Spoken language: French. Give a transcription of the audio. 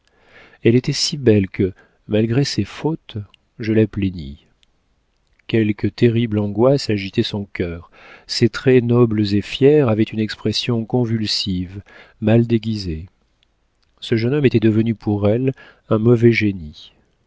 elle était si belle que malgré ses fautes je la plaignis quelque terrible angoisse agitait son cœur ses traits nobles et fiers avaient une expression convulsive mal déguisée ce jeune homme était devenu pour elle un mauvais génie